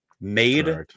made